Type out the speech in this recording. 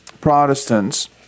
Protestants